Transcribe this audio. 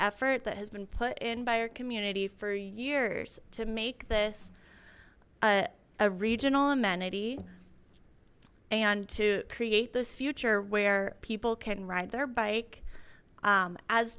effort that has been put in by our community for years to make this a regional amenity and to create this future where people can ride their bike